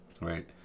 Right